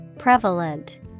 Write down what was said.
Prevalent